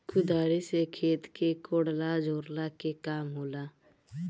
कुदारी से खेत के कोड़ला झोरला के काम होला